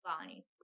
Bonnie